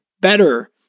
better